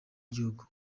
w’igihugu